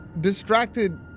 distracted